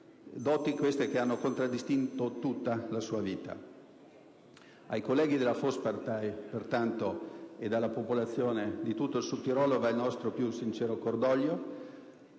doti, queste, che hanno contraddistinto tutta la sua vita. Ai colleghi della Südtiroler Volkspartei e alla popolazione di tutto il Sudtirolo va dunque il nostro più sincero cordoglio.